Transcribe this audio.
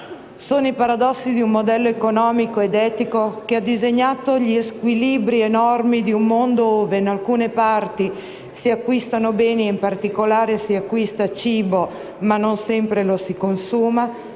Sono i paradossi di un modello economico ed etico che ha disegnato gli squilibri enormi di un mondo ove in alcune parti si acquistano beni e, in particolare, si acquista cibo, ma non sempre lo si consuma